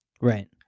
Right